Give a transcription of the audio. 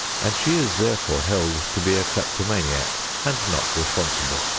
and she is therefore held to be a kleptomaniac and not responsible.